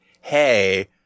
Hey